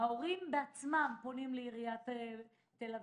ההורים בעצמם פונים לעיריית תל אביב,